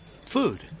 Food